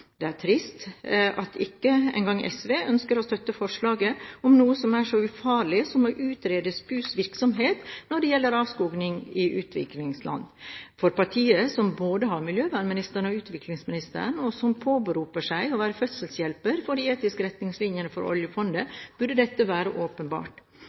Det er trist at ikke engang SV ønsker å støtte forslaget om noe som er så ufarlig som å utrede SPUs virksomhet når det gjelder avskoging i utviklingsland. For partiet som både har miljøvernministeren og utviklingsministeren – og som påberoper seg å være fødselshjelper for de etiske retningslinjene for